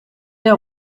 der